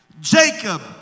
Jacob